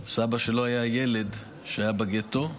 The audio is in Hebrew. סבא שלו היה ילד שהיה בגטו,